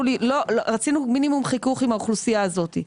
רצינו מינימום חיכוך עם האוכלוסייה הזאת.